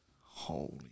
Holy